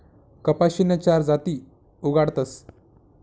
कपाशीन्या चार जाती उगाडतस